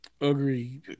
agreed